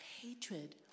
Hatred